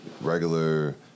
regular